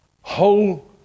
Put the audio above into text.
whole